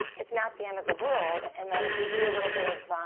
it's not the end of the world, and that if we do a little bit of